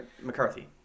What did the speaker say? McCarthy